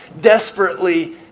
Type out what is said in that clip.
desperately